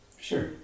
Sure